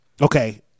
okay